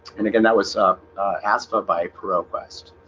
and again, that was a asthma by proquest